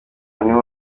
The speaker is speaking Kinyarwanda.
niho